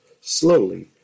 slowly